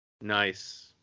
Nice